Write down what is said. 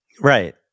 Right